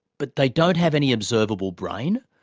but they don't have any observable brain.